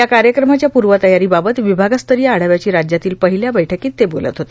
या कार्यक्रमाच्या पूर्वतयारीबाबत विभागस्तरीय आढाव्याची राज्यातील पहिल्या बैठकीत ते बोलत होते